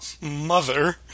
mother